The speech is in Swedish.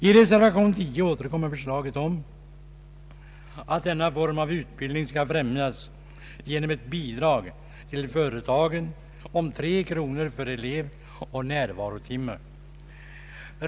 I reservation 10 återkommer förslaget om att denna form av utbildning skall främjas genom ett bidrag till företagen om 3 kronor per elev och närvarotimme.